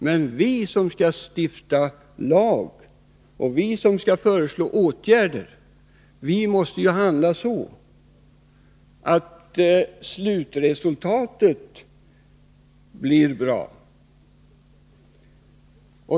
Men vi som skall stifta lag och som skall föreslå åtgärder, vi måste handla så att slutresultatet blir bra.